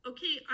Okay